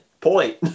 point